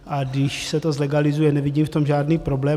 A když se to zlegalizuje, nevidím v tom žádný problém.